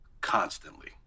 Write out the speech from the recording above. constantly